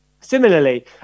Similarly